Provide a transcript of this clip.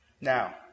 Now